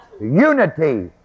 unity